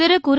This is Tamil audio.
சிறு குறு